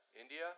India